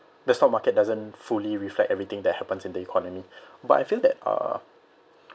the stock market doesn't fully reflect everything that happens in the economy but I feel that uh